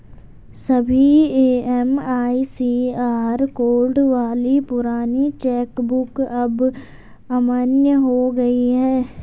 सभी MICR code वाली पुरानी चेक बुक अब अमान्य हो गयी है